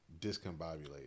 discombobulated